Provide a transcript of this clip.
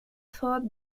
fought